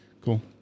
Cool